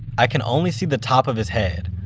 i can only see the top of his head.